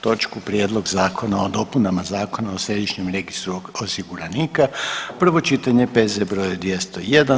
točku: - Prijedlog zakona o dopunama Zakona o središnjem registru osiguranika, prvo čitanje, P.Z. br. 201.